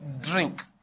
drink